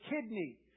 kidney